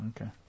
Okay